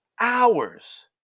hours